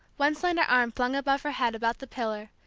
one slender arm flung above her head about the pillar,